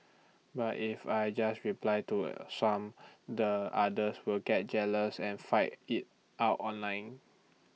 but if I just reply to some the others will get jealous and fight IT out online